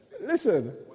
listen